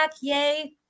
yay